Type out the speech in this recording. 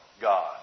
God